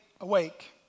awake